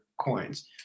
coins